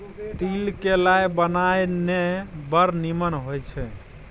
तिल क लाय बनाउ ने बड़ निमन होए छै